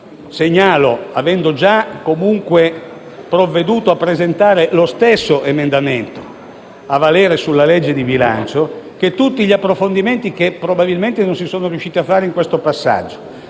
Governo. Avendo già provveduto a presentare lo stesso emendamento a valere sulla legge di bilancio, chiedo che tutti gli approfondimenti che probabilmente non si sono riusciti a fare in questo passaggio,